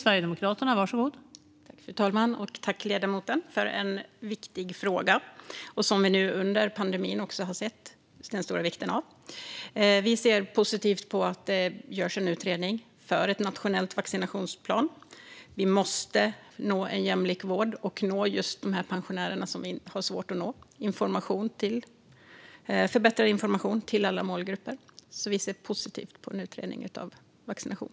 Fru talman! Jag tackar ledamoten för en viktig fråga som vi nu under pandemin har sett den stora vikten av. Vi ser positivt på att det görs en utredning av en nationell vaccinationsplan. Vi måste nå en jämlik vård och nå pensionärerna, som vi har svårt att få ut information till. Vi måste nå ut med förbättrad information till alla målgrupper, så vi ser positivt på en utredning av vaccination.